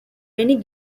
many